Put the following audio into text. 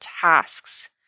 tasks